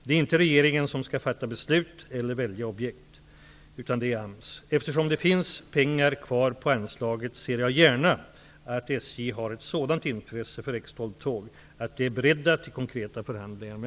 Det är inte regeringen som skall fatta beslut eller välja objekt, utan det är AMS. Eftersom det finns pengar kvar på anslaget ser jag gärna att SJ har ett sådant intresse för X12-tåg att de är beredda till konkreta förhandlingar med